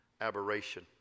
aberration